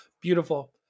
beautiful